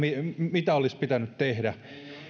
mitä olisi pitänyt tehdä